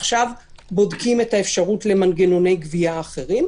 ועכשיו בודקים את האפשרות למנגנוני גבייה אחרים.